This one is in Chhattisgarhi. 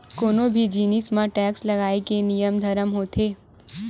कोनो भी जिनिस म टेक्स लगाए के नियम धरम होथे